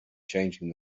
changing